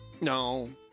No